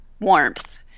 warmth